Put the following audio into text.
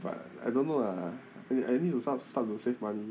but I don't know lah I I need to sta~ start to save money